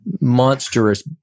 monstrous